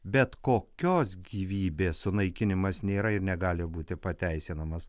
bet kokios gyvybės sunaikinimas nėra ir negali būti pateisinamas